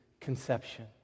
conception